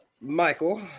Michael